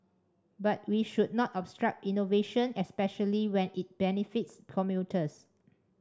but we should not obstruct innovation especially when it benefits commuters